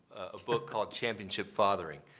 a book called championship fathering.